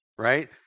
right